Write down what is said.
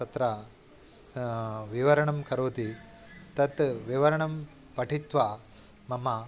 तत्र विवरणं करोति तत् विवरणं पठित्वा मम